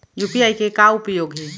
UPI के का उपयोग हे?